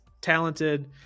talented